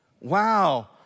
wow